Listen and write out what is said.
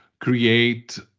create